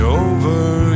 over